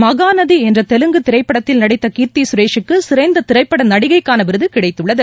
மகாநதி என்ற தெலுங்கு திரைப்படத்தில் நடித்த கீர்த்தி சுரேஷூக்கு சிறந்த திரைப்பட நடிகைக்கான விருது கிடைத்துள்ளது